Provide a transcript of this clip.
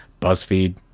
BuzzFeed